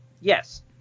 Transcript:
Yes